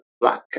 black